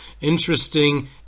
interesting